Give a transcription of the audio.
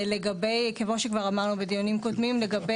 כמו שכבר אמרנו בדיונים קודמים לגבי